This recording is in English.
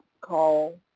call